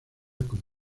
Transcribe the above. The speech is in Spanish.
como